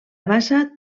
bassa